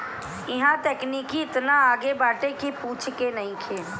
इहां तकनीकी एतना आगे बाटे की पूछे के नइखे